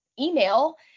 email